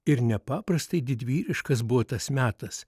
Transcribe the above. ir nepaprastai didvyriškas buvo tas metas